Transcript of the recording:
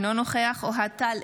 אינו נוכח אוהד טל,